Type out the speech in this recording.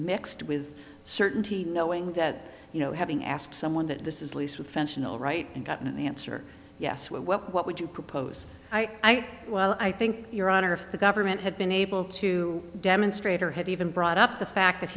mixed with certainty knowing that you know having asked someone that this is least with right and gotten an answer yes what would you propose i well i think your honor if the government had been able to demonstrate or had even brought up the fact that